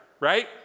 right